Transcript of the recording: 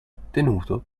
ottenuto